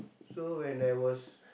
so when I was